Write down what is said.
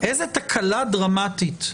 איזה תקלה דרמטית.